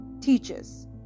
teaches